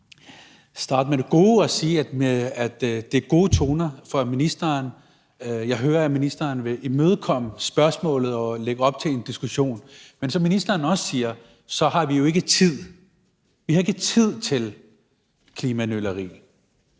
og starte med det gode og sige, at det er gode toner fra ministeren. Jeg hører, at ministeren vil imødekomme spørgsmålet og lægge op til en diskussion. Men som ministeren også siger, har vi jo ikke tid. Vi har ikke tid til klimanøleri,